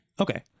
Okay